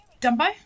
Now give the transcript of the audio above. Dumbo